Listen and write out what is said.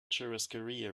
churrascaria